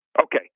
Okay